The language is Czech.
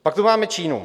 Pak tu máme Čínu.